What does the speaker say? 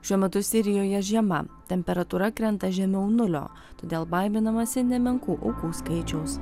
šiuo metu sirijoje žiema temperatūra krenta žemiau nulio todėl baiminamasi nemenkų aukų skaičiaus